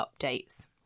updates